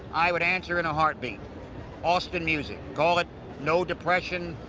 i would answer in a heartbeat austin music. call it no depression,